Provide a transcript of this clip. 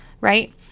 right